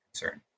concern